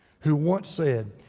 who once said,